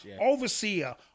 overseer